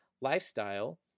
lifestyle